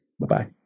Bye-bye